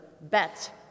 Bet